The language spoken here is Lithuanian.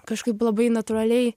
kažkaip labai natūraliai